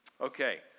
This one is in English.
Okay